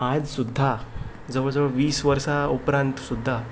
आयज सुद्दां जवळ जवळ वीस वर्सां उपरांत सुद्दां